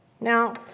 Now